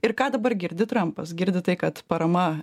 ir ką dabar girdi trampas girdi tai kad parama